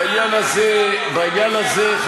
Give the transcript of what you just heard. בעניין הזה,